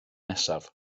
nesaf